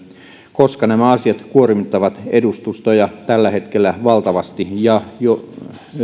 koska nämä asiat kuormittavat edustustoja valtavasti jo